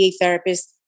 therapist